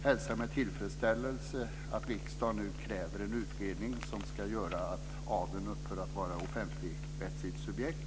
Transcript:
Jag hälsar med tillfredsställelse att riksdagen nu kräver en utredning som ska göra att adeln upphör att vara ett offentligrättsligt subjekt.